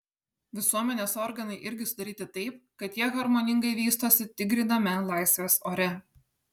visuomenės organai irgi sudaryti taip kad jie harmoningai vystosi tik gryname laisvės ore